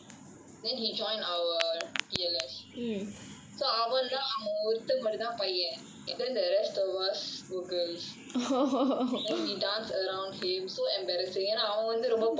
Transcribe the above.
then he join our T_L_S so அவன்தான் அவன் ஒருத்தன் மட்டும் தான் பையன்:avanthaan avan oruthan mattum thaan paiyan then the rest of us all girls then we dance around him so embarrasing ஏனா அவன் வந்து:yaenaa avan vanthu pop kid